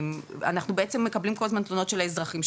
אנחנו בעצם מקבלים כל הזמן תלונות של האזרחים,